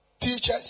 teachers